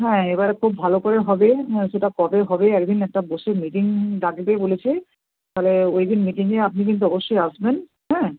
হ্যাঁ এবার খুব ভালো করে হবে হ্যাঁ সেটা কবে হবে এক দিন একটা বসে মিটিং ডাকবে বলেছে তাহলে ওই দিন মিটিংয়ে আপনি কিন্তু অবশ্যই আসবেন হ্যাঁ